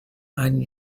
and